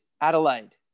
Adelaide